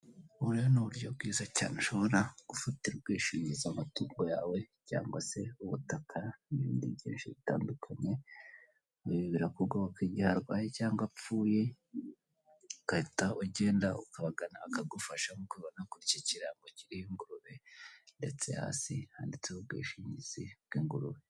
Ubu rero ni uburyo bwiza cyane ushobora gufatira ubwishingizi amatungo yawe cyangwa se ubutaka n'ibindi byinshi bitandukanye, birebera ku bwoko igihe arwaye cyangwa apfuye ugahita ugenda ukabagana bakagufasha ubona kuri iki kirago kiriho ingurube ndetse hasi handitseho ubwishingizi bw'ingurube.